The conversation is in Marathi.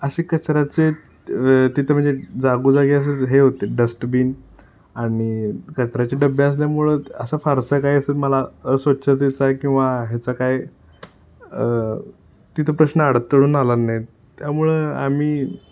असे कचऱ्याचे तिथं म्हणजे जागोजागी असे हे होते डस्टबीन आणि कचऱ्याचे डबे असल्यामुळं असं फारसा काही असं मला अस्वच्छतेचा किंवा ह्याचा काय तिथं प्रश्न अडतळून आला नाही त्यामुळं आम्ही